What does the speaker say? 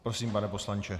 Prosím, pane poslanče.